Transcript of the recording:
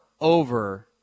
over